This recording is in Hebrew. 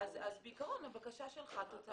אז בעיקרון הבקשה שלך תוצא.